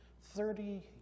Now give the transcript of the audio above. Thirty